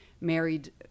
married